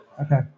Okay